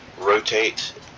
rotate